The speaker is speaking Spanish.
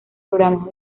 programas